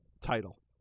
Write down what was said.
title